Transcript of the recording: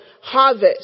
harvest